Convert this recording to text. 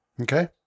Okay